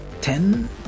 ten